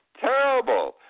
Terrible